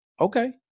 okay